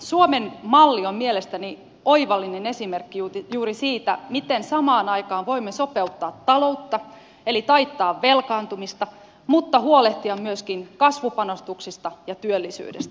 suomen malli on mielestäni oivallinen esimerkki juuri siitä miten samaan aikaan voimme sopeuttaa taloutta eli taittaa velkaantumista mutta huolehtia myöskin kasvupanostuksista ja työllisyydestä